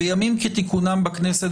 בימים כתיקונם בכנסת,